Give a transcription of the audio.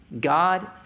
God